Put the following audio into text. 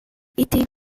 était